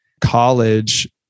college